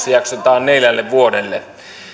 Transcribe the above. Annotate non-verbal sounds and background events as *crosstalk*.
*unintelligible* jaksotetaan neljälle vuodelle